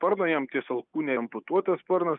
sparno jam ties alkūne amputuotas sparnas